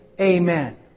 Amen